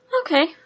Okay